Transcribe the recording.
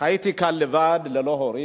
הייתי כאן לבד, ללא הורים.